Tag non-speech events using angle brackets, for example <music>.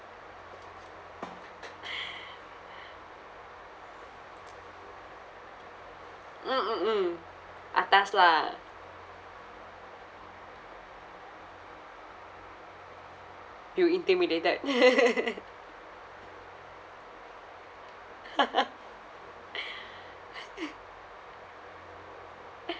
<laughs> mm mm mm atas lah you intimidated <laughs>